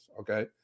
Okay